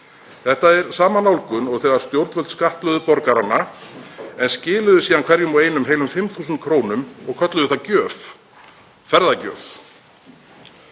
Þetta er sama nálgun og þegar stjórnvöld skattlögðu borgarana en skiluðu síðan hverjum og einum heilum 5.000 kr. og kölluðu það gjöf, ferðagjöf.